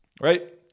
right